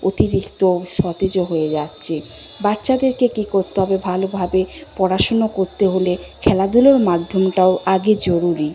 অতিরিক্ত সতেজও হয়ে যাচ্ছে বাচ্চাদেরকে কী করতে হবে ভালোভাবে পড়াশুনো করতে হলে খেলাধুলোর মাধ্যমটাও আগে জরুরি